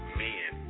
men